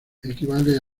equivale